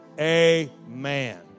amen